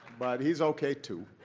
but he's okay, too.